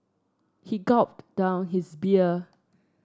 he gulped down his beer